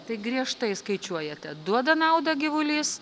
tai griežtai skaičiuojate duoda naudą gyvulys